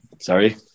Sorry